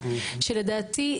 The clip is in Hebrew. שלדעתי,